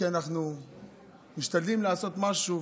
כי אנחנו משתדלים לעשות משהו,